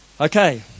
Okay